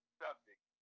subject